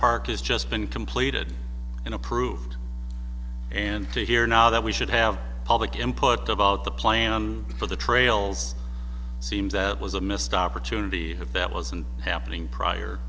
park has just been completed and approved and to hear now that we should have public input about the plan for the trails beams that was a missed opportunity that wasn't happening prior